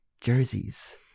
Jerseys